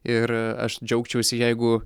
ir aš džiaugčiausi jeigu